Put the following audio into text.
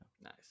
Nice